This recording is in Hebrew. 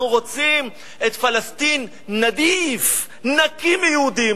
אנחנו רוצים את פלסטין "נדיף" נקי מיהודים.